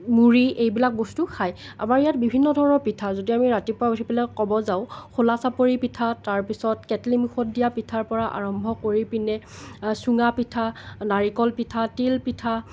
মুড়ি এইবিলাক বস্তু খায় আমাৰ ইয়াত বিভিন্ন ধৰণৰ পিঠা যদি আমি ৰাতিপুৱা উঠি পেলাই ক'ব যাওঁ খোলাচাপৰি পিঠা তাৰপিছত কেটলিমুখত দিয়া পিঠাৰ পৰা আৰম্ভ কৰি পিনে চুঙা পিঠা নাৰিকল পিঠা তিলপিঠা